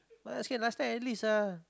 basket last time at least ah